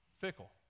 fickle